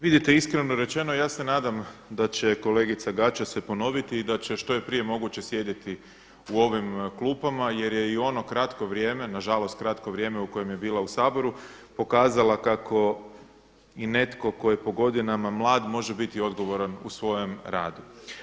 Vidite iskreno rečeno ja se nadam da će kolegica Gaća se ponoviti i da će što je prije moguće sjediti u ovim klupama jer je i ono kratko vrijeme nažalost kratko vrijeme u kojem je bila u Saboru pokazala kako i netko tko je po godinama mlad može biti odgovoran u svojem radu.